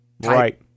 right